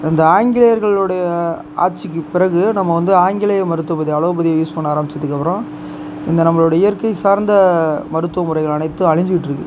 இந்த ஆங்கிலேயர்களுடைய ஆட்சிக்கு பிறகு நம்ம வந்து ஆங்கிலேய மருத்துவத்துக்கு அலோபதியை யூஸ் பண்ண ஆரம்பித்ததுக்கு அப்பறம் இந்த நம்மளோட இயற்கை சார்ந்த மருத்துவ முறைகள் அனைத்தும் அழிஞ்சிக்கிட்டு இருக்குது